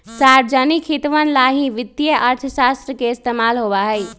सार्वजनिक हितवन ला ही वित्तीय अर्थशास्त्र के इस्तेमाल होबा हई